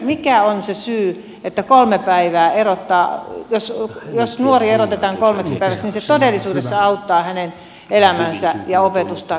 millä tavalla se että kolme päivää erottaa ne soi myös nuori erotetaan kolmeksi päiväksi todellisuudessa auttaa hänen elämäänsä ja opetusta kasvatusta eteenpäin